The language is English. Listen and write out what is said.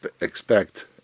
expect